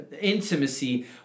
intimacy